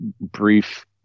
brief